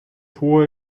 hohe